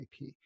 IP